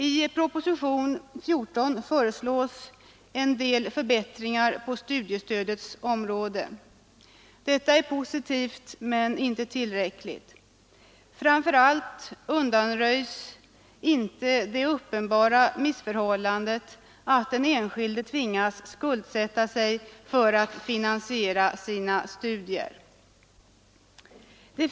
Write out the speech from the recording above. I propositionen 14 föreslås en del förbättringar på studiestödets område. Detta är positivt men inte tillräckligt. Framför allt undanröjs inte det uppenbara missförhållandet att den enskilde tvingas skuldsätta sig för att finansiera sina studier.